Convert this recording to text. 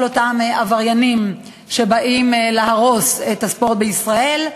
אותם עבריינים שבאים להרוס את הספורט בישראל,